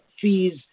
fees